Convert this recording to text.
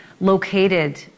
located